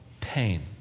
pain